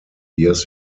years